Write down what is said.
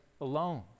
alone